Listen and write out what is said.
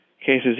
cases